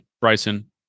Bryson